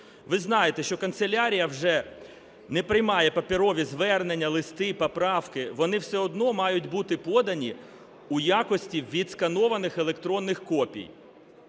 Ви знаєте, що канцелярія вже не приймає паперові звернення, листи, поправки. Вони все одно мають бути подані у якості відсканованих електронних копій.